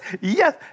yes